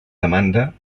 demanda